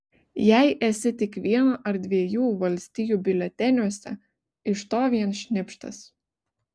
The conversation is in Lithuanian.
jei esi tik vieno ar dviejų valstijų biuleteniuose iš to vien šnipštas